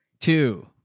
two